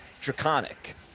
draconic